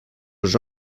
els